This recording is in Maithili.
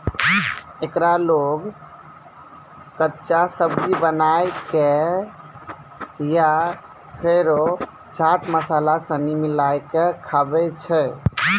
एकरा लोग कच्चा, सब्जी बनाए कय या फेरो चाट मसाला सनी मिलाकय खाबै छै